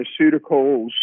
Pharmaceuticals